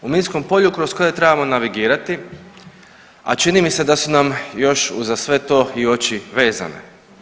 U minskom polju kroz koje trebamo navigirati, a čini mi se da su nam još uza sve to i oči vezane.